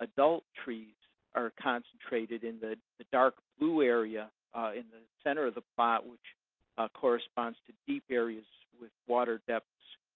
adult trees are concentrated in the the dark blue area in the center of the plot, which corresponds to deep areas, with water depths